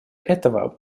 этого